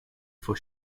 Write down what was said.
for